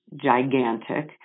gigantic